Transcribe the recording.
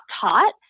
taught